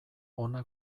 hona